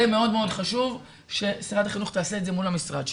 זה מאוד מאוד חשוב ששרת החינוך תעשה את זה מול המשרד שלה.